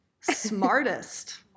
Smartest